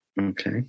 Okay